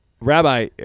rabbi